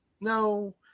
No